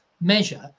measure